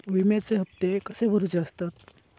विम्याचे हप्ते कसे भरुचे असतत?